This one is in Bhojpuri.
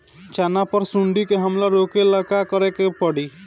चना पर सुंडी के हमला रोके ला का करे के परी?